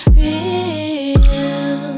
real